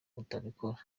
atabikora